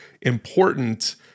important